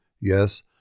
Yes